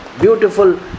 beautiful